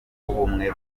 w’ubumwe